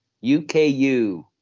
UKU